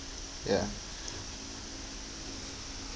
ya